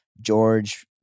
George